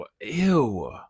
Ew